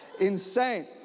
insane